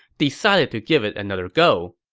decided to give it another go.